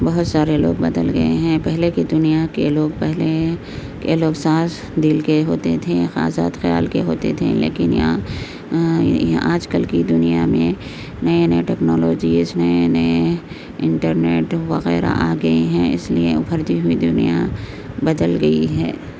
بہت سارے لوگ بدل گئے ہیں پہلے کے دنیا کے لوگ پہلے کے لوگ صاف دل کے ہوتے تھے آزاد خیال کے ہوتے تھے لیکن یہاں آج کل کی دنیا میں نئے نئے ٹیکنالوجی ایچ نئے نئے انٹر نیٹ وغیرہ آ گئے ہیں اس لیے ابھرتی ہوئی دنیا بدل گئی ہے